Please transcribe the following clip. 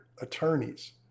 attorneys